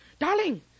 Darling